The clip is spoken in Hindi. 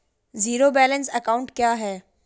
ज़ीरो बैलेंस अकाउंट क्या है?